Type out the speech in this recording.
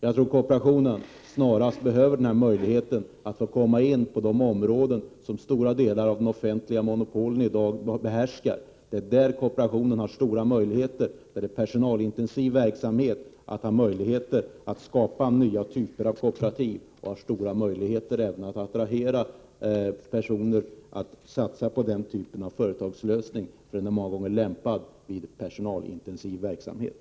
Jag tror att kooperationen behöver denna möjlighet att komma in på de områden där stora delar av de offentliga monopolen i dag härskar. Det är där det finns stora möjligheter att skapa nya typer av kooperativ, vid personalintensiv verksamhet. Man har där också stora möjligheter att attrahera personer och få dem att satsa på denna typ av företag. Den är många gånger lämpad vid personalintensiv verksamhet.